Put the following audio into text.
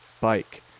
bike